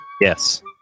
Yes